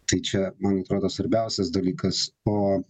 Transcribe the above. tai čia man atrodo svarbiausias dalykas o